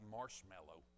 Marshmallow